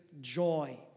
joy